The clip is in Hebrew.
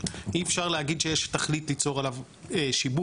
אי אפשר להגיד שיש תכלית ליצור עליו שיבוב.